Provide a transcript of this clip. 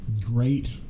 great